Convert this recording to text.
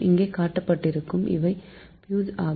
இங்கே காட்டப்பட்டிருக்கும் இவை ப்பியூஸ் ஆகும்